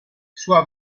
sua